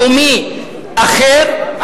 לאומי אחר,